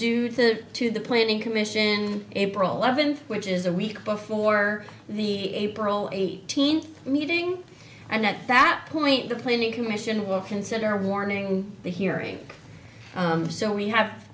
due to to the planning commission april eleventh which is a week before the parole eighteenth meeting and at that point the planning commission will consider morning in the hearing so we have